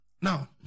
Now